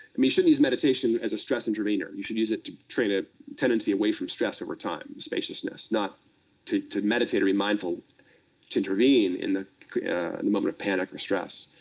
um you shouldn't use meditation as a stress intervener. you should use it to train a tendency away from stress over time and spaciousness. not to to meditate or be mindful to intervene in the and moment of panic or stress.